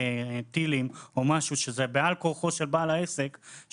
טילים או משהו שקורה בעל כורחו של בעל העסק,